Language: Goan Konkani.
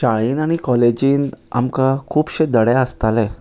शाळेंत आनी कॉलेजींत आमकां खुबशे धडे आसताले